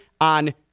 on